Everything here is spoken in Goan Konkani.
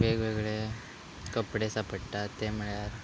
वेगवेगळे कपडे सापडटात ते म्हळ्यार